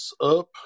up